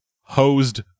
hosed